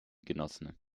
genossen